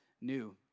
new